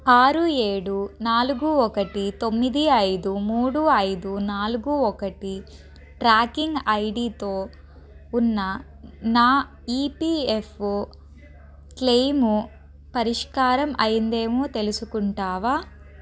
ఆరు ఏడు నాలుగు ఒకటి తొమ్మిది ఐదు మూడు ఐదు నాలుగు ఒకటి ట్రాకింగ్ ఐడితో ఉన్న నా ఈపిఎఫ్ఓ క్లెయిము పరిష్కారం అయ్యిందేమో తెలుసుకుంటావా